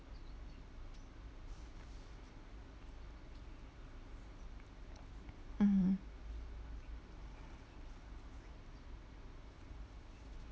mm